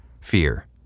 Fear